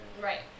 Right